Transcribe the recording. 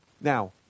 Now